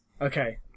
Okay